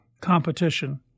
competition